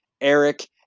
Eric